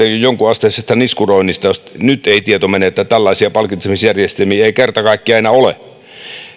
jonkunasteisesta niskuroinnista jos nyt ei tieto mene että tällaisia palkitsemisjärjestelmiä ei kerta kaikkiaan enää ole